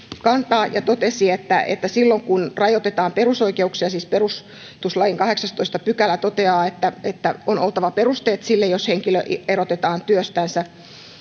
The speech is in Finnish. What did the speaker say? kantaa ja totesi että että silloin kun rajoitetaan perusoikeuksia siis perustuslain kahdeksastoista pykälä toteaa että että on oltava perusteet sille jos henkilö erotetaan työstänsä